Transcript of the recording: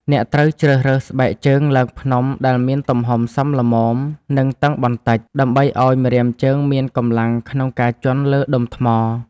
អ្នកត្រូវជ្រើសរើសស្បែកជើងឡើងភ្នំដែលមានទំហំសមល្មម និងតឹងបន្តិច ដើម្បីឱ្យម្រាមជើងមានកម្លាំងក្នុងការជាន់លើដុំថ្ម។